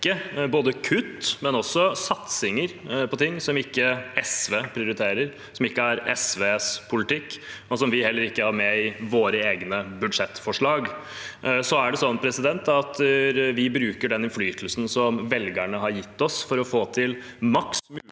rekke kutt – men også satsinger – på ting som ikke SV prioriterer, som ikke er SVs politikk, og som vi heller ikke har med i våre egne budsjettforslag. Vi bruker den innflytelsen som velgerne har gitt oss, for å få til maks